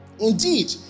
Indeed